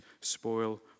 spoil